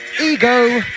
ego